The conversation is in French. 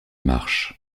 marche